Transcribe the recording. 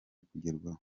kugerwaho